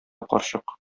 карчык